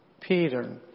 Peter